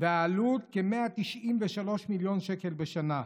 והעלות, כ-193 מיליון שקל בשנה.